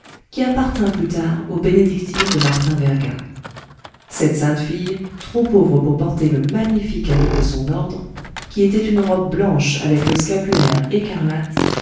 qui appartint plus tard aux bénédictines de martin verga cette sainte fille trop pauvre pour porter le magnifique habit de son ordre qui était une robe blanche avec le scapulaire écarlate